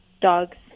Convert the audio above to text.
dogs